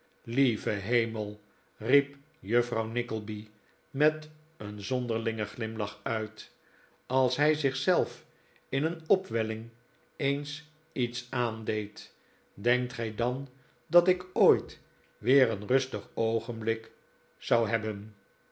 lieve hemel riep juffrouw nickleby met een zonderlingen glimlach uit als hij zich zelf in een opwelling eehs iets aandeed denkt gij dan dat ik ooit weer een rustig oogenblik zou hebben